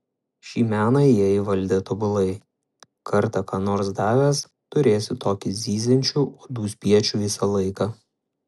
šį meną jie įvaldę tobulai kartą ką nors davęs turėsi tokį zyziančių uodų spiečių visą laiką